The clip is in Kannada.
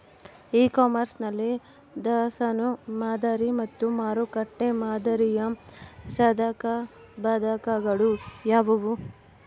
ಇ ಕಾಮರ್ಸ್ ನಲ್ಲಿ ದಾಸ್ತನು ಮಾದರಿ ಮತ್ತು ಮಾರುಕಟ್ಟೆ ಮಾದರಿಯ ಸಾಧಕಬಾಧಕಗಳು ಯಾವುವು?